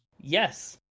Yes